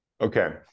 Okay